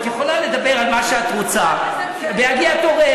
את יכולה לדבר על מה שאת רוצה בהגיע תורך.